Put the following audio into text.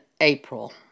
April